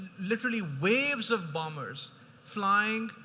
literally waves of bombers flying,